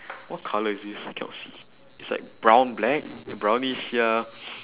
what colour is this I cannot see it's like brown black brownish ya